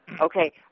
Okay